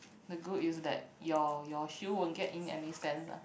the good is that your your shoe won't get in any sands lah